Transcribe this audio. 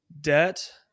debt